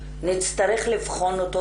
נצטרך לבחון אותו,